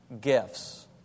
gifts